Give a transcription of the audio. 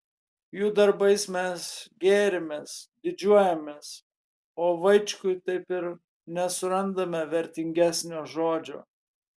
jų darbais mes gėrimės didžiuojamės o vaičkui taip ir nesurandame vertingesnio žodžio